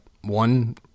one